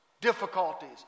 difficulties